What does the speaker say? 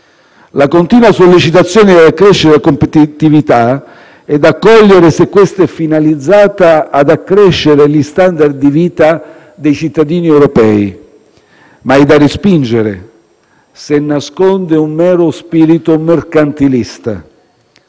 La continua sollecitazione alla crescita e alla competitività è da accogliere se è finalizzata ad accrescere gli *standard* di vita dei cittadini europei, ma è da respingere se nasconde un mero spirito mercantilista: